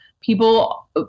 people